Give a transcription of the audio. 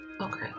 Okay